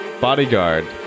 bodyguard